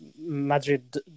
Madrid